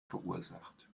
verursacht